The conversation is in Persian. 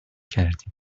کردیم